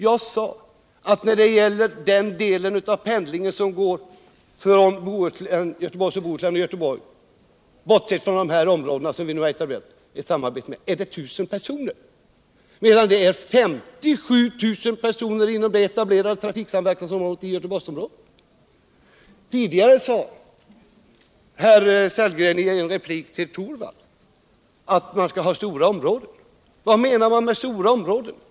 Bortsett från de områden vi nu har etablerat ett samarbete med omfattar pendlingen från Göteborgs och Bohus län och Göteborg ca 1 000 personer, medan det är 57 000 personer som pendlar inom det etablerade trafiksamverkansområdet i Göteborgsområdet. Tidigare sade Rolf Sellgren i en replik till Rune Torwald att man skulle ha stora områden. Vad menar man då med stora områden?